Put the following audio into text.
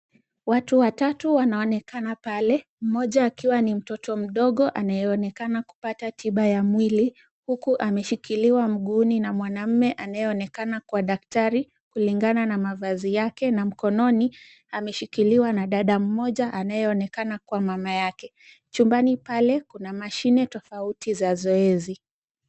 Watu watatu wanaonekana pale, mmoja akiwa ni mtoto mdogo anayeonekana kupata tiba ya mwili huku ameshikiliwa mguu na mwanaume anayeonekana kuwa daktari kulingana na mavazi yake na mkononi ameshikiliwa na dada mmoja anayeonekana kuwa mama yake. Chumbani pale kuna mashini tofauti za zoezi.